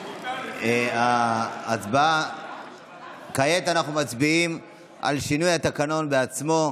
כעת אנחנו מצביעים על שינוי התקנון עצמו.